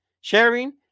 sharing